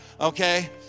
Okay